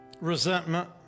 resentment